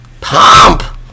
POMP